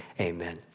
Amen